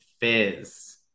fizz